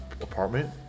apartment